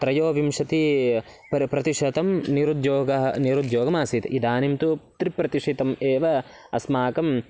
त्रयोविंशतिः पर् प्रतिशतं निरुद्योगः निरुद्योगम् आसीत् इदानीं तु त्रिप्रतिशितम् एव अस्माकं